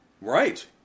Right